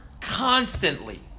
constantly